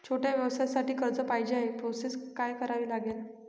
छोट्या व्यवसायासाठी कर्ज पाहिजे आहे प्रोसेस काय करावी लागेल?